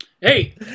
Hey